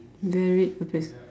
very